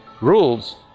rules